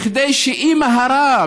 כדי שאימא הרה,